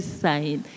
sign